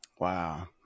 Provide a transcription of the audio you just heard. Wow